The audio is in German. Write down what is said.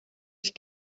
sich